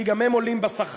כי גם הם עולים בשכר,